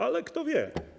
Ale kto wie?